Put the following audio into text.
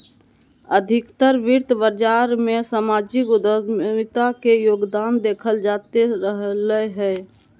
अधिकतर वित्त बाजार मे सामाजिक उद्यमिता के योगदान देखल जाते रहलय हें